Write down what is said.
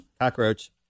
Cockroach